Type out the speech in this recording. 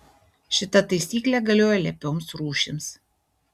šita taisyklė galioja lepioms rūšims